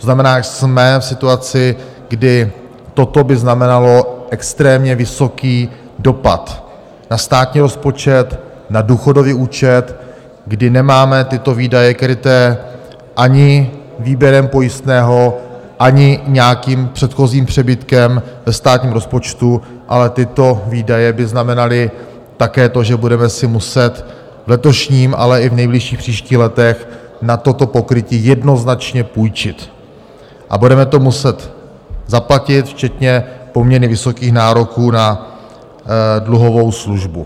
To znamená, jsme v situaci, kdy toto by znamenalo extrémně vysoký dopad na státní rozpočet, na důchodový účet, kdy nemáme tyto výdaje kryté ani výběrem pojistného, ani nějakým předchozím přebytkem ve státním rozpočtu, ale tyto výdaje by znamenaly také to, že si budeme muset v letošním, ale i v nejbližších příštích letech na toto pokrytí jednoznačně půjčit a budeme to muset zaplatit včetně poměrně vysokých nároků na dluhovou službu.